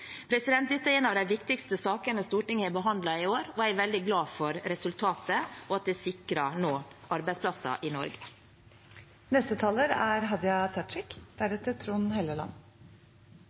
Dette er en av de viktigste sakene Stortinget har behandlet i år. Jeg er veldig glad for resultatet og at vi nå sikrer arbeidsplasser i